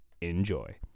Enjoy